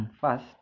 first